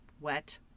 wet